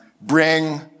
Bring